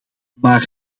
maar